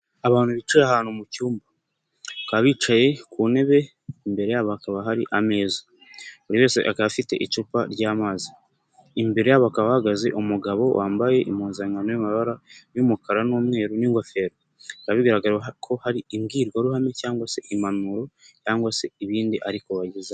Abantu bicaye ahantu mu cyumba. Bakaba bicaye ku ntebe, imbere yabo hakaba hari ameza. Buri wese akaba afite icupa ry'amazi. Imbere yabo hakaba hahagaze umugabo wambaye impuzankano iri mu mabara y'umukara n'umweru n'ingofero. Bikaba bigaraga ko hari imbwirwaruhame cyangwa se impanuro cyangwa se ibindi ari kubagezeho.